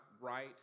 right